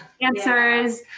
answers